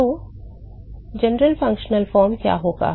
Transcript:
तो सामान्य कार्यात्मक रूप क्या होगा